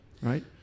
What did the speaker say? right